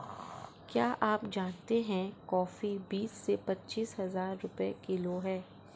क्या आप जानते है कॉफ़ी बीस से पच्चीस हज़ार रुपए किलो है?